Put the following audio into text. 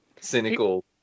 cynical